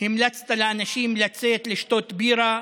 המלצת לאנשים לצאת לשתות בירה,